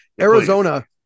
Arizona